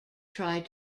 tried